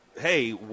hey